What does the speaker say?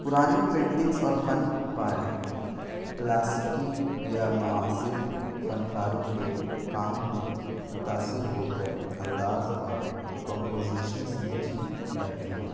پرانی پینٹنگس اور فن پارے کلاسیکی یا معاصر فنکاروں کے کام میں متاثر ہو کر انداز اور کمپوزیشن سمجھی جاتی ہیں